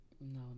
No